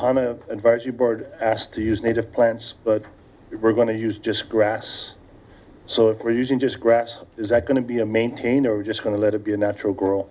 the advisory board asked to use native plants but we're going to use just grass so if we're using just grass is that going to be a maintainer just going to let it be a natural girl